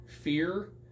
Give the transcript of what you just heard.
fear